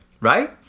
Right